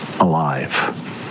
alive